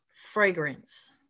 fragrance